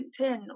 LinkedIn